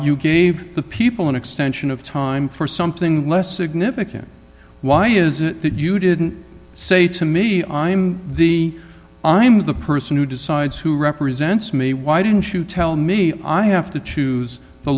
you gave the people an extension of time for something less significant why is it that you didn't say to me i'm the i'm the person who decides who represents me why didn't you tell me i have to choose the